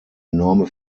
enorme